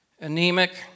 Anemic